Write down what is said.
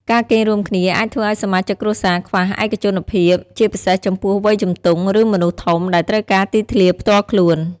ការគេងរួមគ្នាអាចធ្វើឱ្យសមាជិកគ្រួសារខ្វះ ឯកជនភាព ជាពិសេសចំពោះវ័យជំទង់ ឬមនុស្សធំដែលត្រូវការទីធ្លាផ្ទាល់ខ្លួន។